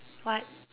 what